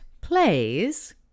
plays